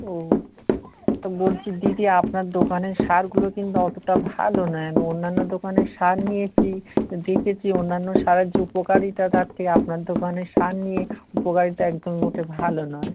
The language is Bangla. ও তা বলছি দিদি আপনার দোকানের সারগুলো কিন্তু অতটা ভালো নয় আমি অন্যান্য দোকানের সার নিয়েছি দেখেছি অন্যান্য সারের যে উপকারিতা তার থেকে আপনার দোকানের সার নিয়ে উপকারিতা একদম মোটে ভালো নয়